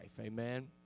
Amen